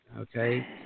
Okay